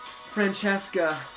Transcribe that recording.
Francesca